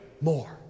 more